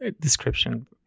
description